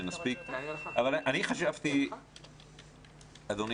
אדוני